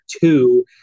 two